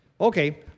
Okay